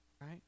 Right